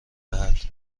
دهد